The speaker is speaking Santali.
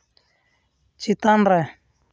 ᱪᱮᱛᱟᱱ ᱨᱮ